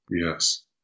Yes